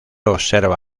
observa